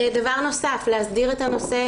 דבר נוסף, להסדיר את הנושא.